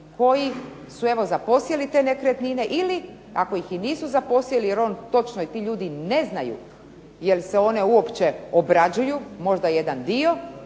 koji su evo zaposjeli te nekretnine ili ako ih i nisu zaposjeli jer ono točno i ti ljudi ne znaju jel' se one uopće obrađuju, možda jedan dio.